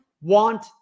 want